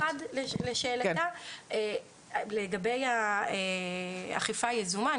לגבי האכיפה היזומה,